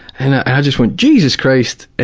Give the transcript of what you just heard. and i just went jesus christ,